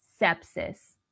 sepsis